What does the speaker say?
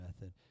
method